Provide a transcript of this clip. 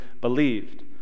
believed